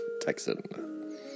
Texan